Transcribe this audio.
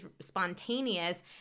spontaneous